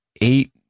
eight